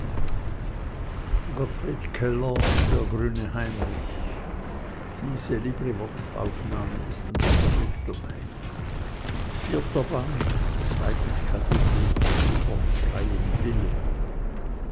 zweites kapitel vom freien willen